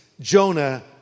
Jonah